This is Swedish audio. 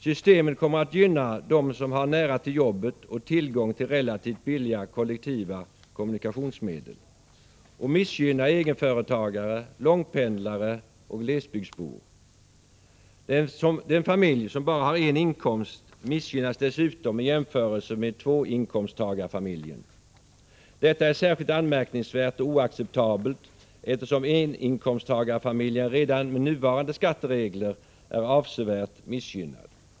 Systemet kommer att gynna dem som har nära till jobbet och tillgång till relativt billiga kollektiva kommunikationsmedel och missgynna egenföretagare, långpendlare och glesbygdsbor. Dessutom missgynnas den familj som bara har en inkomst i jämförelse med tvåinkomsttagarfamiljen. Detta är särskilt anmärkningsvärt och oacceptabelt, eftersom eninkomsttagarfamiljen redan med nuvarande skatteregler är avsevärt missgynnad.